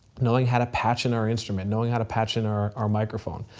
knowing how to patch in our instrument. knowing how to patch in our our microphone.